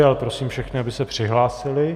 Ale prosím všechny, aby se přihlásili.